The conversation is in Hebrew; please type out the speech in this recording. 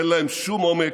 אין להם שום עומק,